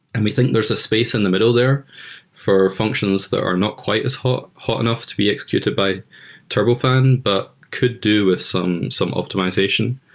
and we think there's a space in the middle there for functions that are not quite as hot, hot enough to be executed by turbofan but could do some some optimization.